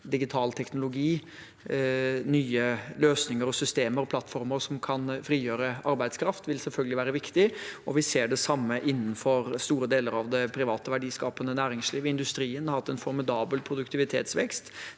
digital teknologi, nye løsninger og systemer og plattformer som kan frigjøre arbeidskraft, vil selvfølgelig være viktig, og vi ser det samme innenfor store deler av det private, verdiskapende næringslivet. Industrien har hatt en formidabel produktivitetsvekst.